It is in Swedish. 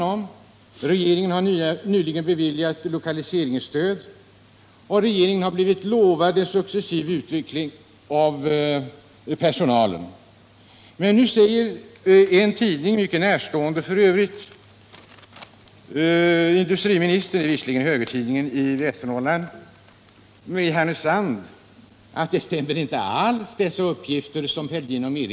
Och regeringen har nyligen beviljat lokaliseringsstöd och lovat en successiv utveckling vad gäller den anställda personalen. Men nu skriver en industriministern mycket närstående tidning — visserligen en högertidning, nämligen Västernorrlands Allehanda i Härnösand — att de uppgifter som herr Fälldin har lämnat i sitt brev inte alls stämmer.